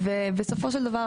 בסופו של דבר,